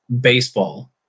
baseball